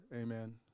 Amen